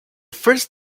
first